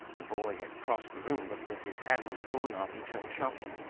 the boy had crossed the room but with his hand on the door knob he turned sharply.